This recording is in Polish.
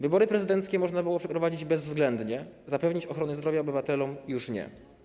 Wybory prezydenckie można było przeprowadzić bezwzględnie, zapewnić ochronę zdrowia obywatelom - już nie.